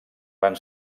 van